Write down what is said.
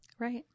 Right